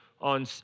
on